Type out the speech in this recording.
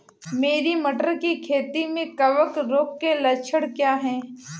मेरी मटर की खेती में कवक रोग के लक्षण क्या हैं?